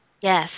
Yes